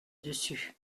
dessus